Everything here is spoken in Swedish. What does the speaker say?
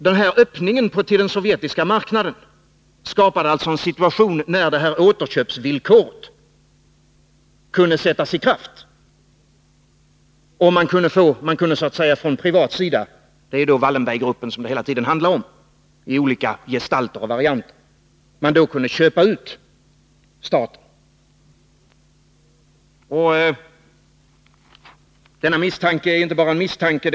Den här öppningen till den sovjetiska marknaden skapade alltså en situation där återköpsvillkoret kunde sättas i kraft, så att man från privat sida — det handlar hela tiden om Wallenberggruppen i olika gestalter och varianter — kunde köpa ut staten. Denna misstanke är inte bara en misstanke.